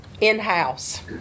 in-house